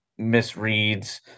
misreads